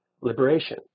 liberation